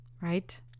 right